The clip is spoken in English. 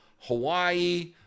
hawaii